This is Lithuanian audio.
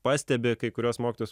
pastebi kai kuriuos mokytojus